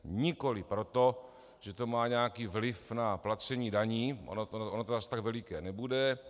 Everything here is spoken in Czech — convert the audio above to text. Nikoliv proto, že to má nějaký vliv na placení daní, ono to zas tak veliké nebude.